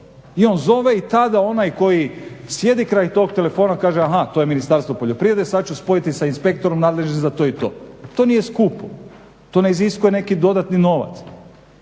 I on zove i tada onaj koji sjedi kraj tog telefona kaže aha to je Ministarstvo poljoprivrede sad ću spojiti sa inspektorom nadležnim za to i to. To nije skupo, to ne iziskuje neki dodatni novac.